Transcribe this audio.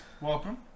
Welcome